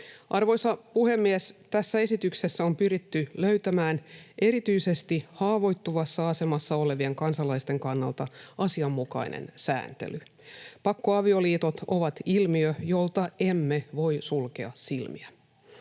Arvoisa puhemies! Tässä esityksessä on pyritty löytämään erityisesti haavoittuvassa asemassa olevien kansalaisten kannalta asianmukainen sääntely. Pakkoavioliitot ovat ilmiö, jolta emme voi sulkea silmiä.